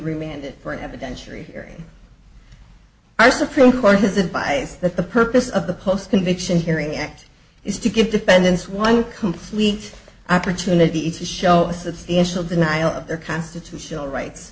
remain for an evidentiary hearing our supreme court has advised that the purpose of the post conviction hearing act is to give defendants one complete opportunity to show a substantial denial of their constitutional rights